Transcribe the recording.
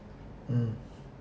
mm